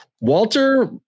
Walter